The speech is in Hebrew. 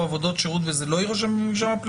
עבודות שירות וזה לא יירשם במרשם הפלילי?